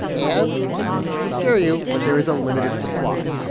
and not to scare you, but there is a limited supply.